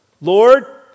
Lord